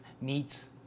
meats